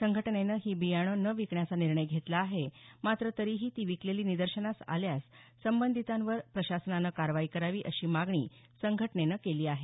संघटनेनं ही बियाणे न विकण्याचा निर्णय घेतला आहे मात्र तरीही ती विकलेली निदर्शनास आल्यास संबंधितांवर प्रशासनानं कारवाई करावी अशी मागणी संघटनेनं केली आहे